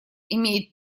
имеет